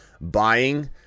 Buying